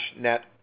net